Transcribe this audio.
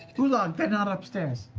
ulog, they're not upstairs.